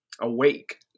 awake